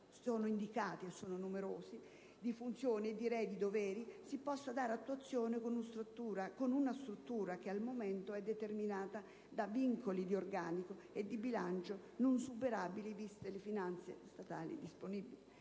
compiti, delle funzioni e - direi - dei doveri, si possa dare attuazione con una struttura che, al momento, è determinata da vincoli di organico e di bilancio non superabili, viste le finanze statali disponibili.